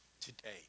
today